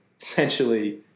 essentially